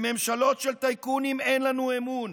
בממשלות של טייקונים אין לנו אמון,